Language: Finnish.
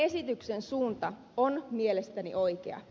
lakiesityksen suunta on mielestäni oikea